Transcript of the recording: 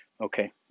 Okay